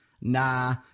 Nah